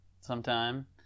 sometime